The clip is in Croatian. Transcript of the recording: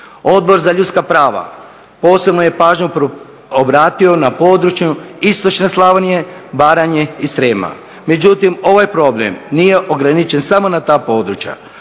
Odbor za ljudska prava posebnu je pažnju obratio na područje istočne Slavonije, Baranje i Srijema, međutim ovaj problem nije ograničen samo na ta područja.